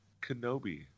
Kenobi